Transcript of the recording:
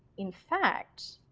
in fact